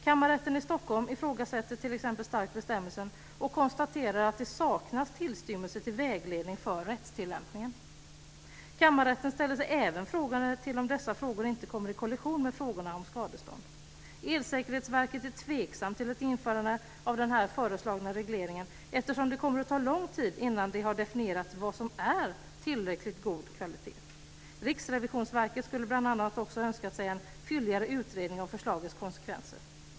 Kammarrätten i Stockholm ifrågasätter t.ex. starkt bestämmelsen och konstaterar att det saknas en tillstymmelse till vägledning för rättstillämpningen. Kammarrätten ställer sig även frågande till om dessa frågor inte kommer på kollisionskurs med frågorna om skadestånd. Elsäkerhetsverket är tveksamt till ett införande av den här föreslagna regleringen eftersom det kommer att ta lång tid innan det har definierats vad som är tillräckligt god kvalitet. Riksrevisionsverket skulle bl.a. också ha önskat sig en fylligare utredning av förslagets konsekvenser.